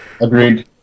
Agreed